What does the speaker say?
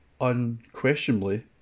unquestionably